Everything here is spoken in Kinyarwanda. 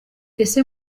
ese